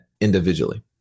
individually